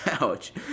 Ouch